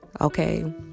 Okay